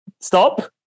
Stop